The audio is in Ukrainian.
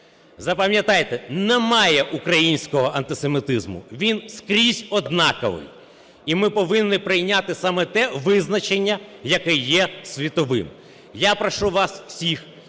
Запам'ятайте, немає українського антисемітизму, він скрізь однаковий, і ми повинні прийняти саме те визначення, яке є світовим. Я прошу вас всіх